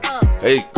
hey